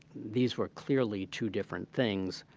these were clearly two different things.